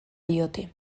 diote